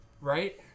Right